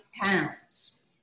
pounds